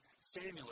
Samuel